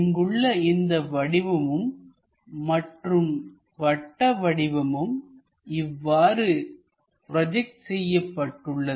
இங்குள்ள இந்த வடிவமும் மற்றும் வட்ட வடிவமும் இவ்வாறு ப்ரோஜெக்ட் செய்யப்பட்டுள்ளது